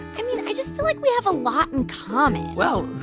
i mean, i just feel like we have a lot in common. well,